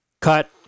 cut